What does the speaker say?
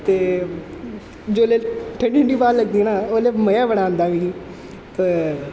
ते जोल्लै ठंडी ठंडी ब्हाऽ लगदी ना ओल्लै मजा बड़ा औंदा मिगी ते